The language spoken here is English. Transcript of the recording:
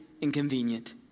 inconvenient